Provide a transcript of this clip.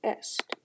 est